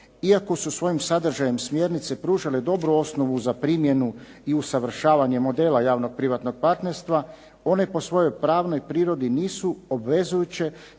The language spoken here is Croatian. iako su svojim sadržajem smjernice pružale dobru osnovu za primjenu i usavršavanje modela javnog privatnog partnerstva one po svojoj pravnoj prirodi nisu obvezujuće,